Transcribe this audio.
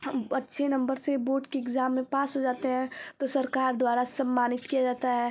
हम अच्छे नम्बर से बोर्ड के इग्ज़ाम में पास हो जाते हैं तो सरकार द्वारा सम्मानित किया जाता है